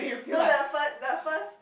no the first the first